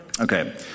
Okay